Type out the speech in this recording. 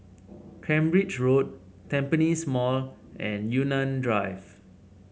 Cambridge Road Tampines Mall and Yunnan Drive